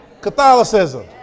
Catholicism